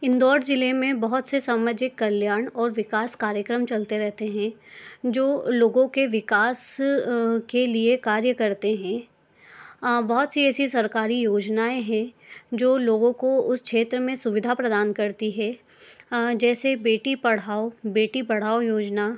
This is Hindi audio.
इंदौर ज़िले में बहुत से सामाजिक कल्याण और विकास कार्यक्रम चलते रहते हैं जो लोगों के विकास के लिए कार्य करते हैं बहुत सी ऐसी सरकारी योजनाएँ हैं जो लोगों को उस क्षेत्र में सुविधा प्रदान करती हैं जैसे बेटी पढ़ाओ बेटी पढ़ाओ योजना